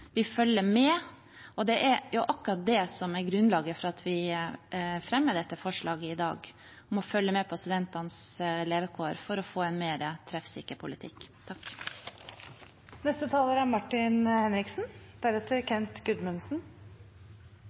og det er akkurat det som er grunnlaget for at vi fremmer dette forslaget i dag om å følge med på studentenes levekår for å få en mer treffsikker politikk.